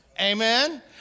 Amen